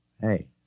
Hey